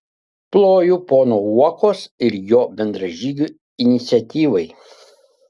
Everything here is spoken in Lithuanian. ploju pono uokos ir jo bendražygių iniciatyvai